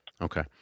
Okay